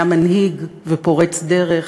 היה מנהיג ופורץ דרך,